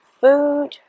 Food